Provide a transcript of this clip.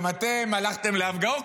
גם אתם הלכתם להפגנות.